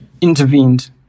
intervened